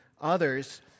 others